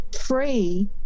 free